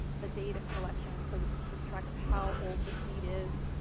the date of collection, so we can keep track of how old the seed is.